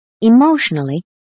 Emotionally